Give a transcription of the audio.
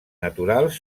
naturals